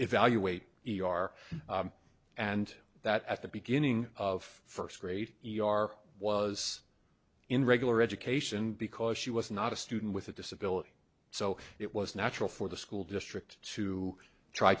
evaluate e r and that at the beginning of first grade e r was in regular education because she was not a student with a disability so it was natural for the school district to try